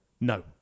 No